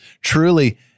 truly